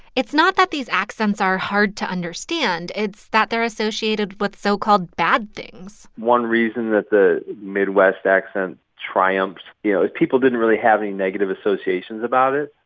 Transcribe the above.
it's not that these accents are hard to understand. it's that they're associated with so-called bad things one reason that the midwest accent triumphs, you know, is people didn't really have any negative associations about it.